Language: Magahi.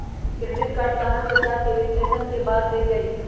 क्रेडिट कार्ड गाहक के साख के विश्लेषण के बाद देल जाइ छइ